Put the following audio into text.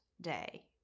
day